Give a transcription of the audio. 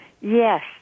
Yes